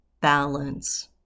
balance